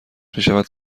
میشود